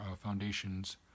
foundations